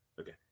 Okay